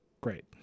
great